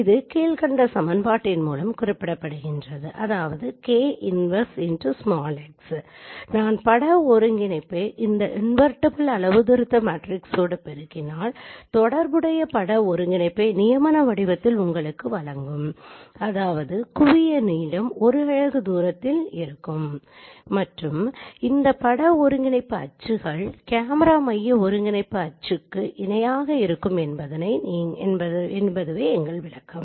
இது கீழ்கண்ட சமன்பாட்டின் மூலம் குறிப்பிடப்படுகிறது நான் பட ஒருங்கிணைப்பை இந்த இன்வெர்ட்டிபிள் அளவுத்திருத்த மேட்ரிஸோடு பெருக்கினால் தொடர்புடைய பட ஒருங்கிணைப்பை நியமன வடிவத்தில் உங்களுக்கு வழங்கும் அதாவது குவிய தளம் ஒரு அலகு தூரத்தில் இருக்கும் மற்றும் இந்த பட ஒருங்கிணைப்பு அச்சுகள் கேமரா மைய ஒருங்கிணைப்பு அச்சுக்கு இணையாக இருக்கும் என்பதே எங்கள் விளக்கம்